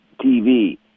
TV